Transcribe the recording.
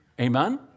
Amen